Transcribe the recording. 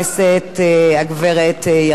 הגברת ירדנה מלר.